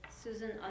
Susan